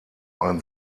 ein